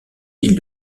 îles